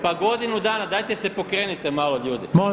Pa godinu dana, dajte se pokrenite malo ljudi.